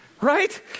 right